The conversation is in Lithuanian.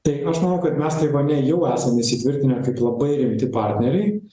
tai aš manau kad mes taivane jau esam įsitvirtinę kaip labai rimti partneriai